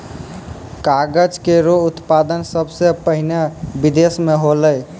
कागज केरो उत्पादन सबसें पहिने बिदेस म होलै